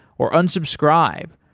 or unsubscribe,